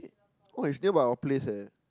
oh it's nearby our place leh